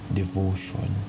devotion